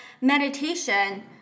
meditation